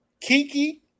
Kiki